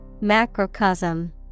Macrocosm